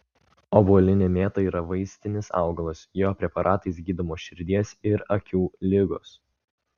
obuolinė mėta yra vaistinis augalas jo preparatais gydomos širdies ir akių ligos